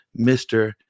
Mr